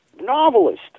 novelist